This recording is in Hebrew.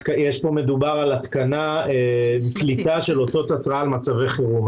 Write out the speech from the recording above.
מדובר על קליטה של אותות התרעה על מצבי חירום.